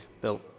built